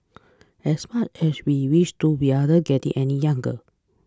as much as we wish to we aren't getting any younger